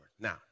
Now